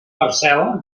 parcel·la